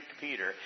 Peter